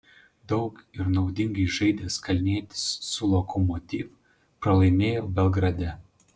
daug ir naudingai žaidęs kalnietis su lokomotiv pralaimėjo belgrade